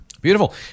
Beautiful